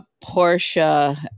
Portia